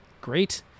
great